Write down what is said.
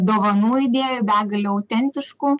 dovanų idėjų begalė autentiškų